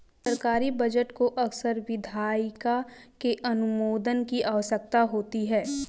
सरकारी बजट को अक्सर विधायिका के अनुमोदन की आवश्यकता होती है